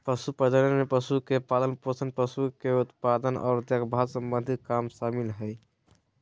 पशु प्रजनन में पशु के पालनपोषण, पशु के उत्पादन आर देखभाल सम्बंधी काम शामिल हय